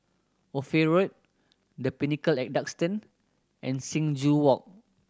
Ophir Road The Pinnacle at Duxton and Sing Joo Walk